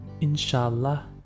Inshallah